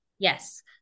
Yes